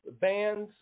Bands